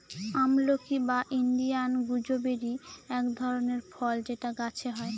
আমলকি বা Indian gooseberry এক ধরনের ফল যেটা গাছে হয়